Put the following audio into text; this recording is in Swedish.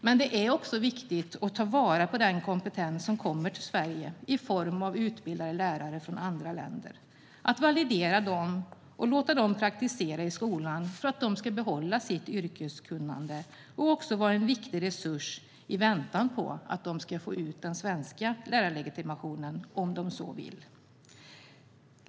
Men det är också viktigt att ta vara på den kompetens som kommer till Sverige i form av utbildade lärare från andra länder, att validera dem och låta dem praktisera i skolan för att de ska behålla sitt yrkeskunnande och också vara en viktig resurs i väntan på att de ska få ut den svenska lärarlegitimationen, om de så vill.